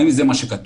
האם זה מה שכתוב,